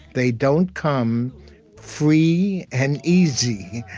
they don't come free and easy.